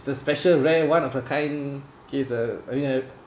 the special rare one of a kind case uh I mean I